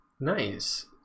Nice